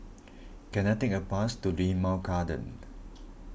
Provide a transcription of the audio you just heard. can I take a bus to Limau Garden